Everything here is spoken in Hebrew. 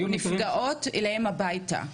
נפגעות אליהם הביתה.